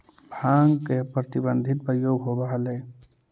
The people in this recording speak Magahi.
भाँग के अप्रतिबंधित प्रयोग होवऽ हलई